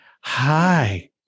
Hi